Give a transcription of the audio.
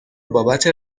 بابت